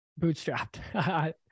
bootstrapped